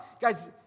Guys